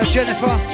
Jennifer